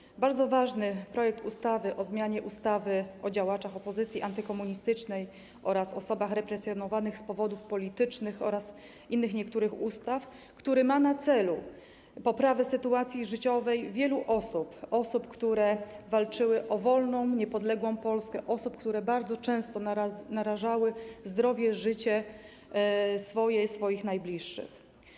Omawiamy bardzo ważny projekt ustawy o zmianie ustawy o działaczach opozycji antykomunistycznej oraz osobach represjonowanych z powodów politycznych oraz niektórych innych ustaw, który ma na celu poprawę sytuacji życiowej wielu osób, osób, które walczyły o wolną, niepodległą Polskę, osób, które bardzo często narażały zdrowie i życie swoje i swoich najbliższych.